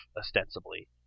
ostensibly